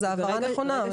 ההעברה נכונה.